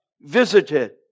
visited